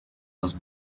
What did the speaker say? los